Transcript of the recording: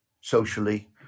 socially